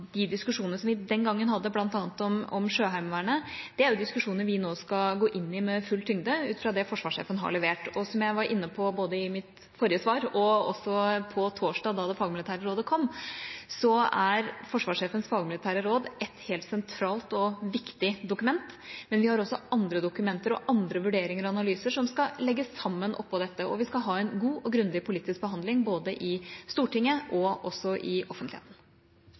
De diskusjonene som vi den gangen hadde bl.a. om Sjøheimevernet, er diskusjoner vi nå skal gå inn i med full tyngde ut fra det forsvarssjefen har levert. Og som jeg var inne på, både i mitt forrige svar og også på torsdag da det fagmilitære rådet kom, så er forsvarssjefens fagmilitære råd et helt sentralt og viktig dokument. Men vi har også andre dokumenter og andre vurderinger og analyser som skal legges sammen oppå dette, og vi skal ha en god og grundig politisk behandling både i Stortinget og i offentligheten.